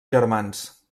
germans